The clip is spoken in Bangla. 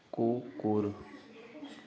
কুকুর